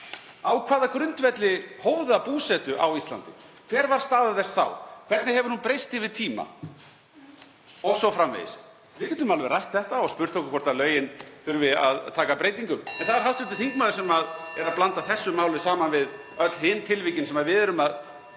Á hvaða grundvelli hóf það búsetu á Íslandi? Hver var staða þess þá? Hvernig hefur hún breyst yfir tíma o.s.frv.? Við getum alveg rætt þetta og spurt okkur hvort lögin þurfi að taka breytingum. En það er hv. þingmaður sem er að blanda þessu máli saman við öll hin tilvikin sem við erum að